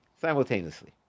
simultaneously